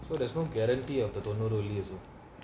so there's no guarantee of the தொண்ணூறு வெள்ளி:thonnooru velli also